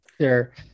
Sure